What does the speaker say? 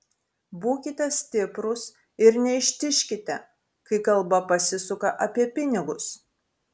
būkite stiprūs ir neištižkite kai kalba pasisuka apie pinigus